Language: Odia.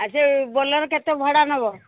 ଆଉ ସେ ବୋଲେରୋ କେତେ ଭଡ଼ା ନେବ